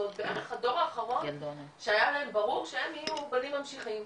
זה בערך הדור האחרון שהיה להם ברור שהם יהיו בנים ממשיכים.